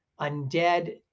undead